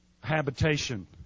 Habitation